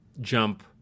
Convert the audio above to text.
jump